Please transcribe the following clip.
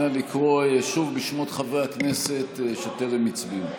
אנא לקרוא שוב בשמות חברי הכנסת שטרם הצביעו.